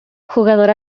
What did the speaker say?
jugador